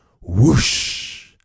Whoosh